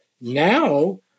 now